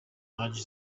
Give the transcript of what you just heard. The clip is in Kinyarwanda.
hadi